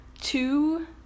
Two